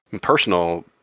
personal